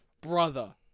brother